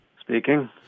Speaking